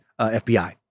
FBI